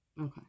Okay